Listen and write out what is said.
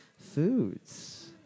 Foods